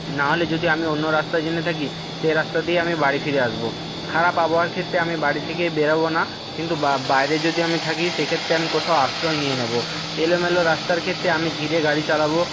না হলে যদি আমি অন্য রাস্তা জেনে থাকি সেই রাস্তা দিয়ে আমি বাড়ি ফিরে আসবো খারাপ আবহাওয়ার ক্ষেত্রে আমি বাড়ি থেকে বেরোবো না কিন্তু বাইরে যদি আমি থাকি সেইক্ষেত্রে আমি কোথাও আশ্রয় নেবো এলোমেলো রাস্তার ক্ষেত্রে আমি ধীরে গাড়ি চালাবো